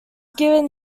given